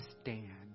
Stand